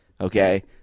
okay